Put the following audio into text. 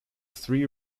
three